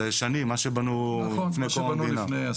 זה הישנים, מה שבנו לפני קום המדינה.